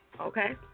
okay